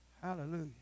Hallelujah